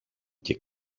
και